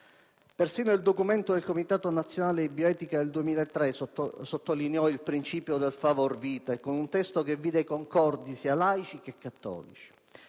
Persino il documento del Comitato nazionale di bioetica del 2003 sottolineò il principio del *favor vitae* con un testo che vide concordi laici e cattolici.